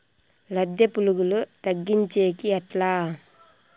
లద్దె పులుగులు తగ్గించేకి ఎట్లా?